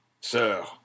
Sir